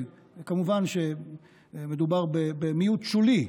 כמובן, מדובר במיעוט שולי,